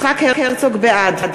בעד